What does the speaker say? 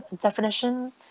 definition